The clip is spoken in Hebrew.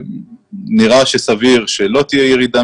נראה שסביר שגם ב-15 בנובמבר לא תהיה ירידה